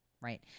right